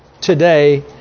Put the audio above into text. today